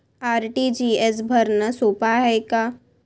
RTGS भरनं सोप हाय का?